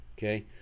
Okay